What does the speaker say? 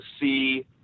see